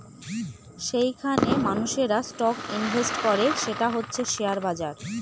যেইখানে মানুষেরা stock invest করে সেটা হচ্ছে শেয়ার বাজার